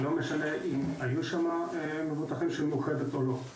לא משנה אם היו שם מבוטחים של מאוחדת או לא.